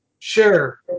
Sure